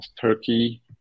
Turkey